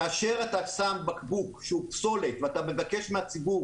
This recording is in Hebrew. כאשר אתה שם בקבוק שהוא פסולת ואתה מבקש מהציבור